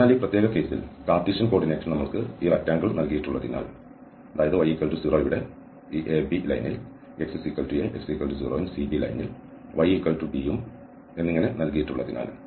അതിനാൽ ഈ പ്രത്യേക സാഹചര്യത്തിൽ ഈ കാർട്ടീഷ്യൻ കോർഡിനേറ്റിൽ നമ്മൾക്ക് ഈ ദീർഘചതുരം നൽകിയിട്ടുള്ളതിനാൽ അതായത് y0 ഇവിടെ ഈ AB ലൈനിൽ xa x0 ഉം CB ലൈനിൽ y b ഉം എന്നിങ്ങനെ നൽകിയിട്ടുള്ളതിനാൽ